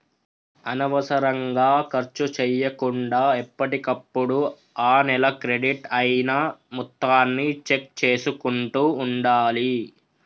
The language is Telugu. అనవసరంగా ఖర్చు చేయకుండా ఎప్పటికప్పుడు ఆ నెల క్రెడిట్ అయిన మొత్తాన్ని చెక్ చేసుకుంటూ ఉండాలి